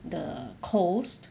the coast